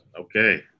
Okay